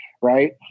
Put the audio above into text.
Right